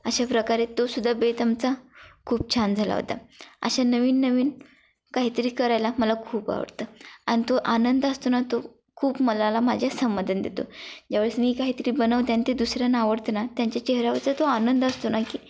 अशा प्रकारे तोसुद्धा बेत आमचा खूप छान झाला होता अशा नवीन नवीन काहीतरी करायला मला खूप आवडतं आणि तो आनंद असतो ना तो खूप मनाला माझ्या समाधान देतो ज्यावेळेस मी काहीतरी बनवते आणि ते दुसऱ्यांना आवडतं ना त्यांच्या चेहऱ्यावरचा तो आनंद असतो ना की